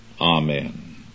Amen